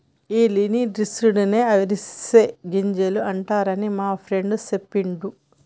ఈ లిన్సీడ్స్ నే అవిసె గింజలు అంటారని మా ఫ్రెండు సెప్పిండు